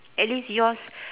at least yours